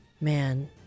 Man